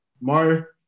Mar